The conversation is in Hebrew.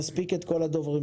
כדי שנספיק את כל דוברים.